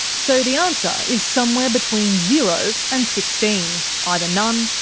so the answer is somewhere between zero and sixteen. either none,